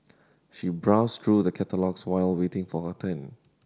she browsed through the catalogues while waiting for her turn